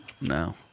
No